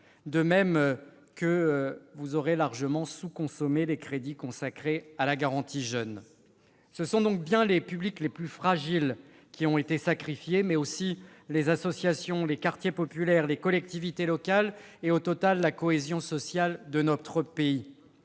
De même que vous aurez largement sous consommé les crédits consacrés à la « garantie jeunes ». Ce sont donc bien les publics plus fragiles qui ont été sacrifiés, mais aussi les associations, les quartiers populaires, les collectivités locales, et, au total, la cohésion sociale de notre pays.